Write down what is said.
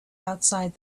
outside